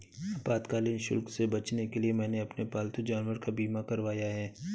आपातकालीन शुल्क से बचने के लिए मैंने अपने पालतू जानवर का बीमा करवाया है